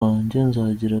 nzagira